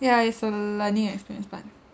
ya it's a learning experience fun